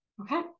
Okay